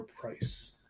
price